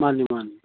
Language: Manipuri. ꯃꯥꯟꯅꯤ ꯃꯥꯟꯅꯤ